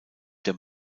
der